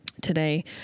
today